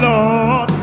Lord